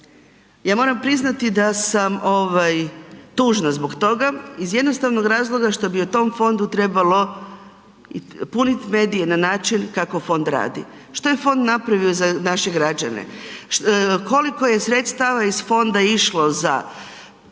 ja moram priznati da sam tužna zbog toga iz jednostavnog razloga što bi o tom fondu trebalo puniti medije na način kako fond radi. Što je fond napravio za naše građane? Koliko je sredstava iz fonda išlo za